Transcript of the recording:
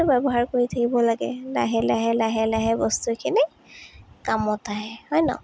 ব্যৱহাৰ কৰি থাকিব লাগে লাহে লাহে লাহে লাহে বস্তুখিনি কামত আহে হয় নহ্